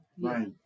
Right